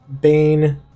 Bane